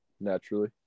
naturally